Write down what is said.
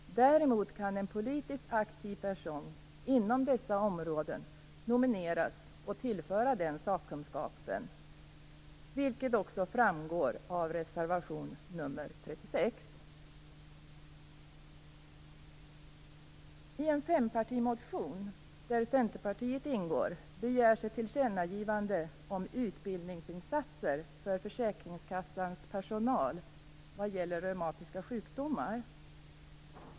Däremot anser vi att en politiskt aktiv person inom dessa områden kan nomineras och tillföra den sakkunskapen, vilket också framgår av reservation nr 36. I en fempartimotion, där Centerpartiet är med, begärs ett tillkännagivande om utbildningsinsatser för försäkringskassans personal vad gäller reumatiska sjukdomar.